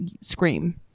scream